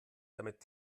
damit